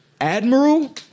Admiral